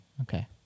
Okay